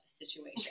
situation